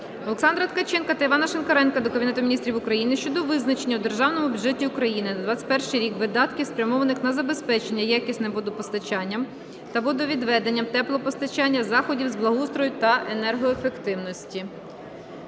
Олександра Ткаченка та Івана Шинкаренка до Кабінету Міністрів України щодо визначення у Державному бюджеті України на 2021 рік видатків спрямованих на забезпечення якісним водопостачанням та водовідведенням, теплопостачання, заходів з благоустрою та енергоефективності.